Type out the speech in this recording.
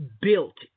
built